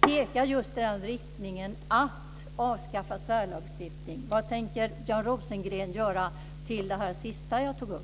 pekar just i den riktningen att särlagstiftning bör avskaffas. Vad tänker Björn Rosengren göra i fråga om det här sista som jag tog upp?